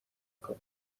کنه